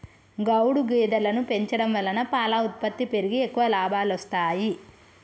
గౌడు గేదెలను పెంచడం వలన పాల ఉత్పత్తి పెరిగి ఎక్కువ లాభాలొస్తాయి